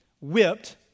whipped